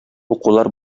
укулар